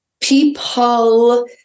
people